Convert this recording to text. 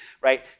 right